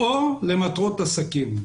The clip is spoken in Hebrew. יש כאלה שפונים לצאת למטרות עסקים.